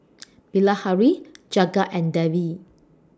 Bilahari Jagat and Devi